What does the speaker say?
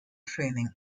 training